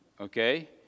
Okay